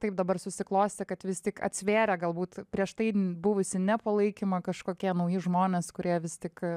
taip dabar susiklostė kad vis tik atsvėrė galbūt prieš tai buvusį nepalaikymą kažkokie nauji žmonės kurie vis tik